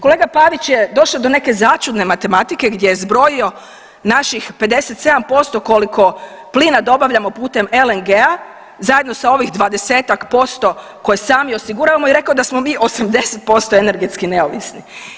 Kolega Pavić je došao do neke začudne matematike gdje je zbrojio naših 57% koliko plina dobavljamo putem LNG-a zajedno sa ovih 20-tak posto koje sami osiguravamo i rekao da smo mi 80% energetski neovisni.